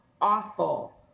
awful